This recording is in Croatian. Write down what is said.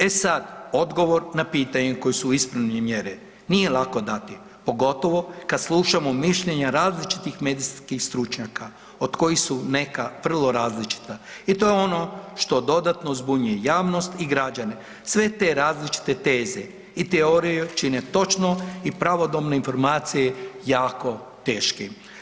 E sada odgovor na pitanje koje su ispunjene mjere nije lako dati, pogotovo kad slušamo mišljenja različitih medicinskih stručnjaka od kojih su neka vrlo različita i to je ono što dodatno zbunjuje javnost i građane, sve te različite teze i teorije čine točno i pravodobno informacije jako teškim.